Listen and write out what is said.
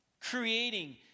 creating